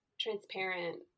transparent